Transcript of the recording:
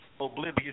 oblivious